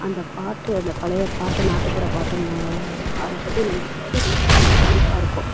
அந்த பாட்டு அந்த பழைய பாட்டு நாட்டுப்புற பாட்டுங்கிற அதை பற்றி நினைக்கும்போது ரொம்ப மைண்ட் ரிலீஃபாக இருக்கும்